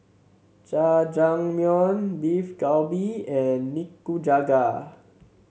Jajangmyeon Beef Galbi and Nikujaga